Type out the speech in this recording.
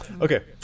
Okay